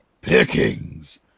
Pickings